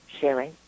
sharing